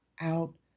out